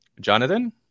Jonathan